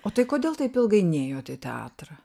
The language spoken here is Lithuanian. o tai kodėl taip ilgai nėjot į teatrą